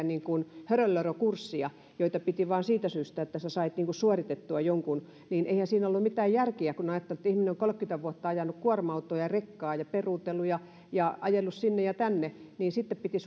niin kuin hörönlörökursseja piti suorittaa vain siitä syystä että sait suoritettua jonkun niin eihän siinä ollut mitään järkeä kun ajattelee että ihminen on kolmekymmentä vuotta ajanut kuorma autoa ja rekkaa ja peruutellut ja ja ajellut sinne ja tänne niin sitten piti